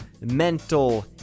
mental